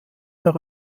der